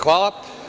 Hvala.